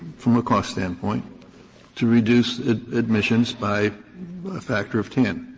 from a cost standpoint to reduce emissions by a factor of ten.